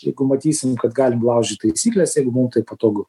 jeigu matysim kad galim laužyt taisykles jeigu mum tai patogu